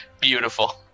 beautiful